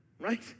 right